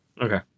Okay